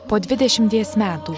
po dvidešimties metų